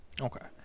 Okay